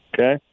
Okay